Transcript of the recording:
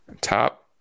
top